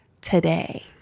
today